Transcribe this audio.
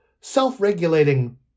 self-regulating